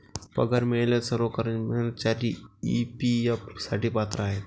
पगार मिळालेले सर्व कर्मचारी ई.पी.एफ साठी पात्र आहेत